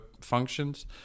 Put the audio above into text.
functions